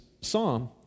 psalm